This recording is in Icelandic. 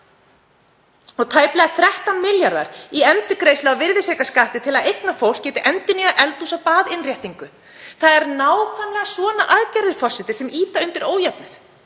Tæplega 13 milljarðar fóru í endurgreiðslu af virðisaukaskatti til að eignafólk gæti endurnýjað eldhús- og baðinnréttingu. Það eru nákvæmlega svona aðgerðir, forseti, sem ýta undir ójöfnuð.